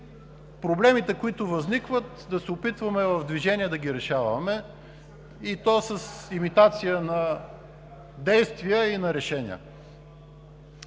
проблемите, които възникват, да се опитваме да ги решаваме в движение, и то с имитация на действия и на решения.